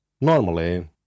Normally